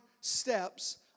steps